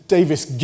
Davis